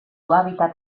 hábitat